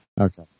Okay